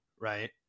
Right